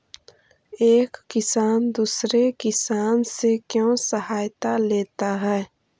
एक किसान दूसरे किसान से क्यों सहायता लेता है?